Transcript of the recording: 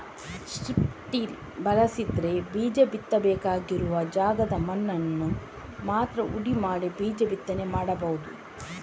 strip till ಬಳಸಿದ್ರೆ ಬೀಜ ಬಿತ್ತಬೇಕಾಗಿರುವ ಜಾಗದ ಮಣ್ಣನ್ನ ಮಾತ್ರ ಹುಡಿ ಮಾಡಿ ಬೀಜ ಬಿತ್ತನೆ ಮಾಡ್ಬಹುದು